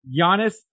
Giannis